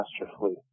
masterfully